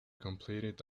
complained